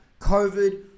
COVID